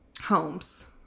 homes